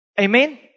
Amen